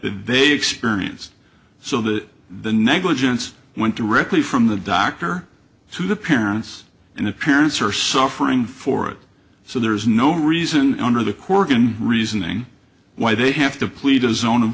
they experienced so that the negligence went directly from the doctor to the parents and the parents are suffering for it so there's no reason under the corgan reasoning why they have to plead a zone of